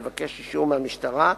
לבקש אישור מהמשטרה,